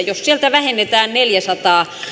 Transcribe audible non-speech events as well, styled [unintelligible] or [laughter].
[unintelligible] jos sieltä vähennetään neljäsataa